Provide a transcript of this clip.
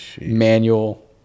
manual